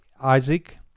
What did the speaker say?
Isaac